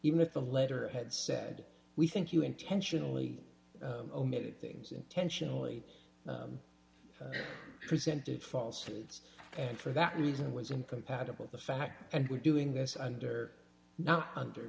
even if the letter had said we think you intentionally omitted things intentionally presented false suits and for that reason was incompatible the fact and we're doing this under now under